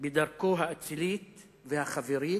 בדרכו האצילית והחברית,